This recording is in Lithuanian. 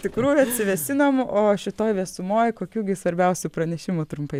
tikrųjų atsivėsinam o šitoj vėsumoj kokių gi svarbiausių pranešimų trumpai